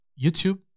YouTube